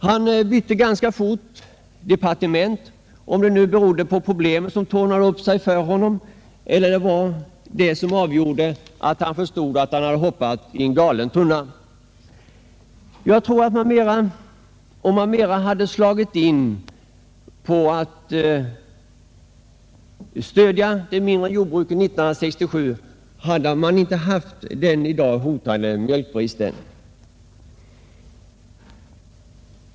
Han bytte ganska fort departement, om det nu berodde på problemen som tornade upp sig för honom eller på att han förstod att han hade hoppat i galen tunna. Jag tror att om man 1967 mera hade slagit in på linjen att stödja det mindre jordbruket, hade man i dag inte haft den hotande mjölkbristen.